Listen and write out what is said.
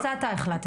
את זה אתה החלטת.